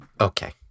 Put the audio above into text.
Okay